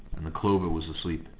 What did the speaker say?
and the clover was asleep.